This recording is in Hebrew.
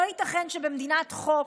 לא ייתכן שבמדינת חוק